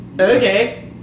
Okay